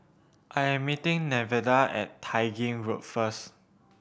I am meeting Nevada at Tai Gin Road first